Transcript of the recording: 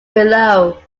below